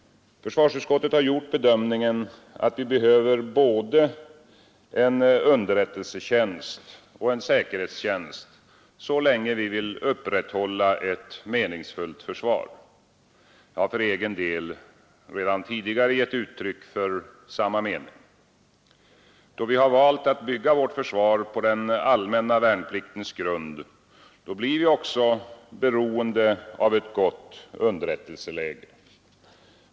Försvarsutskottet har gjort bedömningen att vi behöver både en underrättelsetjänst och en säkerhetstjänst så länge vi vill upprätthålla ett meningsfullt försvar. Jag har för egen del redan tidigare gett uttryck för samma mening. Då vi valt att bygga vårt försvar på den allmänna värnpliktens grund blir vi också beroende av ett gott underrättelseläge.